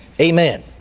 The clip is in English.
Amen